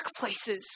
workplaces